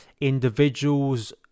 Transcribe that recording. individuals